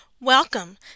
Welcome